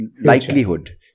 likelihood